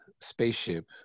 spaceship